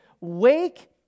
Wake